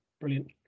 Brilliant